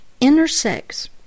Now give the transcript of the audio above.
intersects